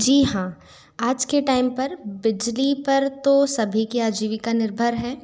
जी हाँ आज के टाइम पर बिजली पर तो सभी की आजीविका निर्भर है